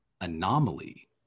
anomaly